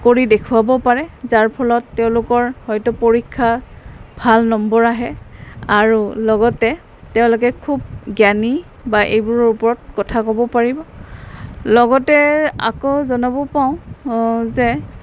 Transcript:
কৰি দেখুৱাব পাৰে যাৰ ফলত তেওঁলোকৰ হয়তো পৰীক্ষা ভাল নম্বৰ আহে আৰু লগতে তেওঁলোকে খুব জ্ঞানী বা এইবোৰৰ ওপৰত কথা ক'ব পাৰিব লগতে আকৌ জনাব পাওঁ যে